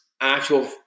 actual